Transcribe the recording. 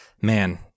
man